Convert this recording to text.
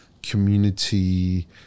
community